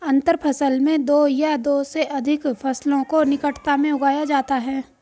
अंतर फसल में दो या दो से अघिक फसलों को निकटता में उगाया जाता है